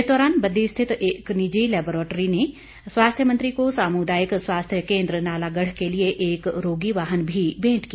इस दौरान बद्दी स्थित एक निजी लेबोरेटरी ने स्वास्थ्य मंत्री को सामुदायिक स्वास्थ्य केंद्र नालागढ़ के लिए एक रोगी वाहन भी भेंट किया